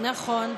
נכון.